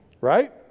Right